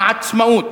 העצמאות,